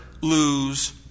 lose